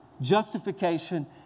justification